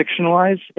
fictionalized